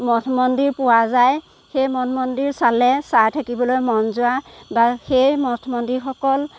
মঠ মন্দিৰ পোৱা যায় সেই মঠ মন্দিৰ চালে চাই থাকিবলৈ মন যোৱা বা সেই মঠ মন্দিৰসকল